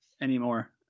anymore